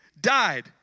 Died